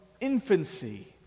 infancy